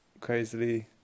crazily